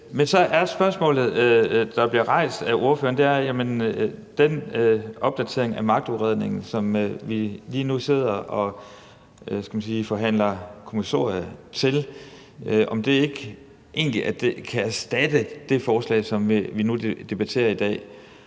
spørgsmålet, der bliver rejst af ordføreren, er, om den opdatering af magtudredningen, som vi lige nu sidder og forhandler kommissoriet til, egentlig ikke kan erstatte det forslag, som vi nu debatterer i dag.